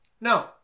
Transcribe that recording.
no